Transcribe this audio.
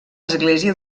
església